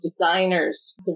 designers